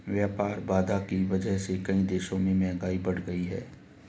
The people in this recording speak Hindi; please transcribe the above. व्यापार बाधा की वजह से कई देशों में महंगाई बढ़ गयी है